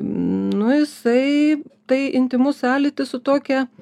nu jisai tai intymus sąlytis su tokia